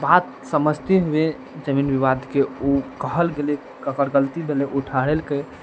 बात समझते हुए जमीन विवादके ओ कहल गेलै ककर गलती भेलै ओ ठहरेलकै